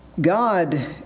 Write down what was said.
God